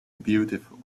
beautiful